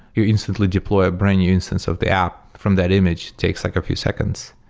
you instantly deploy a brand new instance of the app from that image. takes like a few seconds.